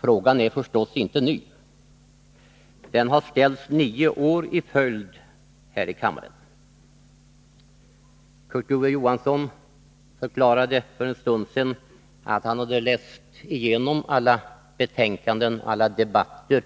Frågan är förstås inte ny. Den har ställts nio år i följd här i kammaren. Kurt Ove Johansson förklarade för en stund sedan att han hade läst igenom alla betänkanden och protokollen från alla debatter